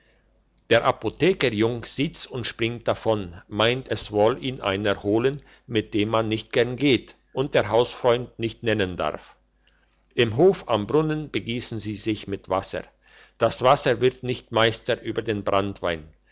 der apothekerjung sieht's und springt davon meint es woll ihn einer holen mit dem man nicht gern geht den der hausfreund nicht nennen darf im hof am brunnen begiessen sie sich mit wasser das wasser wird nicht meister über den branntewein